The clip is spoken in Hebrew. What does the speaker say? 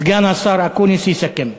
סגן השר אקוניס יסכם.